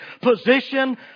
position